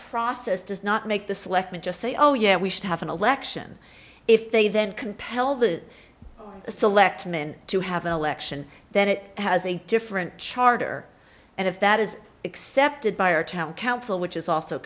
process does not make this let me just say oh yeah we should have an election if they then compel the selectmen to have an election then it has a different charter and if that is accepted by our town council which is also